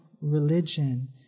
religion